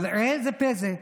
אבל ראה זה פלא,